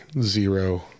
zero